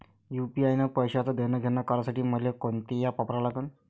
UPI न पैशाचं देणंघेणं करासाठी मले कोनते ॲप वापरा लागन?